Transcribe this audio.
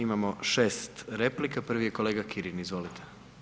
Imamo 6 replika, prvi je kolega Kirin, izvolite.